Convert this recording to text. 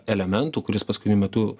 elementų kuris paskutiniu metu